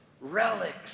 relics